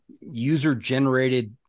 user-generated